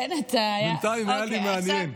בינתיים היה לי מעניין.